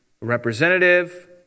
representative